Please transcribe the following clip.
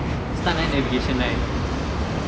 start night navigation right